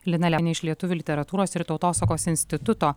lina iš lietuvių literatūros ir tautosakos instituto